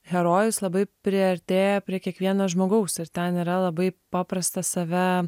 herojus labai priartėja prie kiekvieno žmogaus ir ten yra labai paprasta save